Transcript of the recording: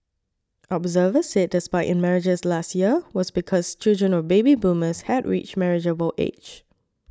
observers said the spike in marriages last year was because children of baby boomers had reached marriageable age